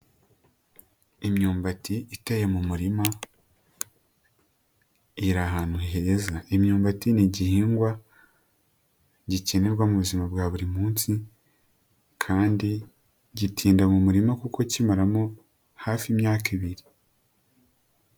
Imyumbati iteye mu murima iri ahantu heza, imyumbati ni igihingwa gikenerwa mu buzima bwa buri munsi kandi gitinda mu murima kuko kimaramo hafi imyaka ibiri.